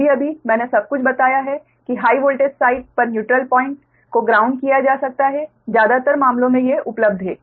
अभी अभी मैंने सब कुछ बताया है कि हाई वोल्टेज साइड पर न्यूट्रल पॉइंट को ग्राउंड किया जा सकता है ज्यादातर मामलों में ये उपलब्ध हैं